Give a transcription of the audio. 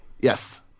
Yes